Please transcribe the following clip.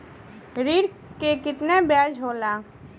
ऋण के कितना ब्याज होला?